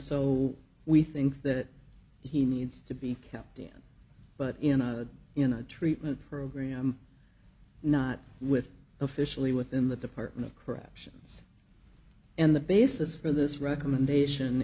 so we think that he needs to be kept in but in a in a treatment program not with officially within the department of corrections and the basis for this recommendation